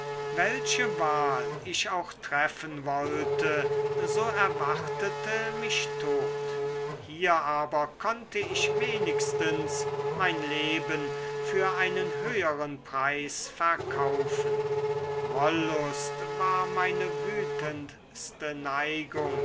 welche wahl ich auch treffen wollte so erwartete mich tod hier aber konnte ich wenigstens mein leben für einen höheren preis verkaufen wollust war meine wütendste neigung